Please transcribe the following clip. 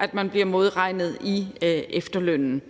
at blive modregnet i efterlønnen.